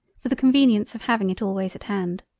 for the convenience of having it always at hand.